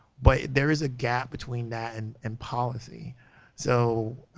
but there is a gap between that and and policy so